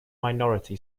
minority